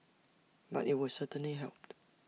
but IT would certainly help